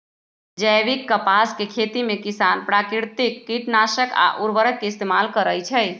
जैविक कपास के खेती में किसान प्राकिरतिक किटनाशक आ उरवरक के इस्तेमाल करई छई